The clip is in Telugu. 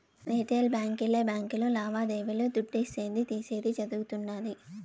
రిటెయిల్ బాంకీలే బాంకీలు లావాదేవీలు దుడ్డిసేది, తీసేది జరగుతుండాది